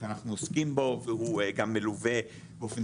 אנחנו עוסקים בו והוא גם מלווה באופן